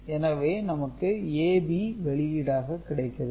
எனவே நமக்கு AB வெளியீடாக கிடைக்கிறது